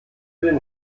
den